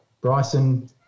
Bryson